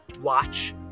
watch